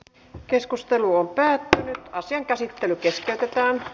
keskustelu päättyi ja asian käsittely keskeytettiin